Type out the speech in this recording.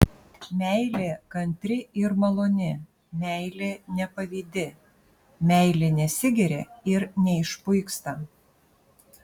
meilė kantri ir maloni meilė nepavydi meilė nesigiria ir neišpuiksta